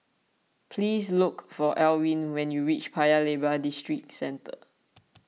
please look for Alwine when you reach Paya Lebar Districentre